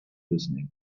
listening